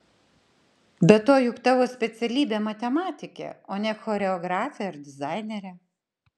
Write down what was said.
be to juk tavo specialybė matematikė o ne choreografė ar dizainerė